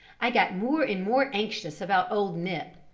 i got more and more anxious about old nip.